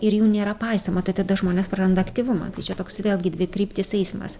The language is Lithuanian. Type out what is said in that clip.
ir jų nėra paisoma tai tada žmonės praranda aktyvumą tai čia toks vėlgi dvikryptis eismas